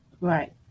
Right